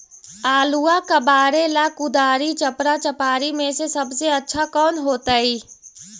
आलुआ कबारेला कुदारी, चपरा, चपारी में से सबसे अच्छा कौन होतई?